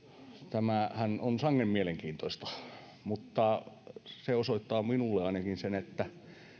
tämähän on sangen mielenkiintoista mutta se osoittaa minulle ainakin sen että